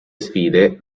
sfide